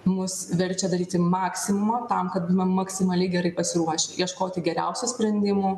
mus verčia daryti maksimumą tam kad maksimaliai gerai pasiruošę ieškoti geriausių sprendimų